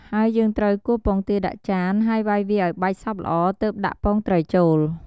ហើយយើងត្រូវ គោះពងទាដាក់ចាន ហើយវ៉ៃវាឱ្យបែកសព្វល្អ ទើបដាក់ពងត្រីចូល។